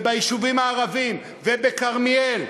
וביישובים הערביים ובכרמיאל.